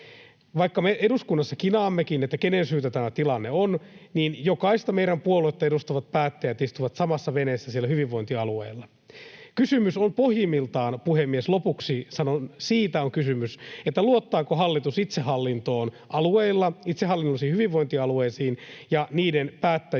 Vaikka me eduskunnassa kinaammekin, kenen syytä tämä tilanne on, meistä jokaisen puoluetta edustavat päättäjät istuvat samassa veneessä siellä hyvinvointialueilla. Kysymys on pohjimmiltaan — puhemies, lopuksi sanon — siitä, luottaako hallitus itsehallintoon alueilla, itsehallinnollisiin hyvinvointialueisiin ja niiden päättäjiin,